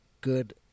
good